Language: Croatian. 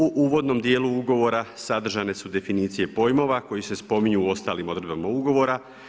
U uvodnom dijelu ugovora sadržane su definicije pojmova koje se spominju u ostalim odredbama ugovora.